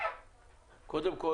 קודם כל